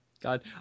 God